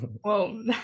whoa